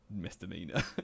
misdemeanor